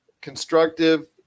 constructive